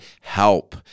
help